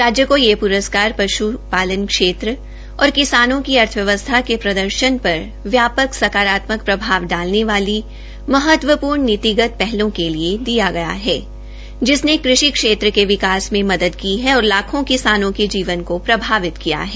राज्य को यह प्रस्कार प्रश्नालन क्षेत्र और किसान की अर्थव्यवस्था के प्रदर्शन प्रर व्यापक सकारात्मक प्रभाव डालने वाली महत्वप्र्ण नीतिगत हलों के लिए दिया गया है जिसने कृषि क्षेत्र के विकास में मदद की है और लाखों किसानों के जीवन को प्रभावित किया है